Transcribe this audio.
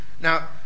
Now